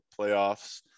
playoffs